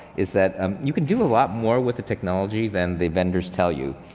is that um you can do a lot more with the technology than the vendors tell you.